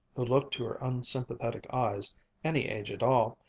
who looked to her unsympathetic eyes any age at all,